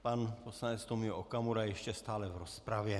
Pan poslanec Tomio Okamura ještě stále v rozpravě.